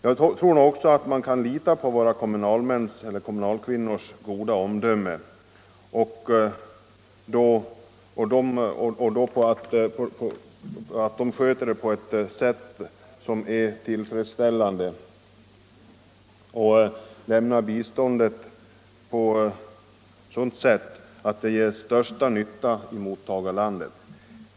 Jag tror också att man kan lita på kommunalmäns och kvinnors goda omdöme, på att de sköter det hela tillfredsställande och lämnar biståndet på ett sådant sätt att det gör största nytta i mottagarlandet.